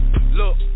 Look